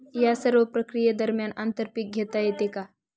या सर्व प्रक्रिये दरम्यान आंतर पीक घेता येते का?